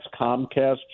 Comcast